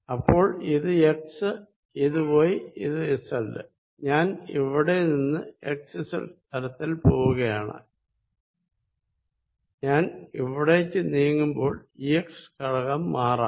അപ്പോൾ ഇത് x ഇത് y ഇത് z ഞാൻ ഇവിടെ നിന്ന് xz തലത്തിൽ പോകുകയാണ് ഞാൻ ഇവിടേക്ക് നീങ്ങുമ്പോൾ Ex ഘടകം മാറാം